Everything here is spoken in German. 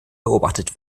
beobachtet